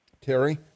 Terry